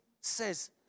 says